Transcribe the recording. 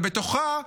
ובתוכה ביקשה,